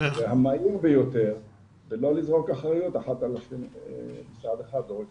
והמהיר ביותר ולא לזרוק אחריות שמשרד אחד זורק